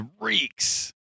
reeks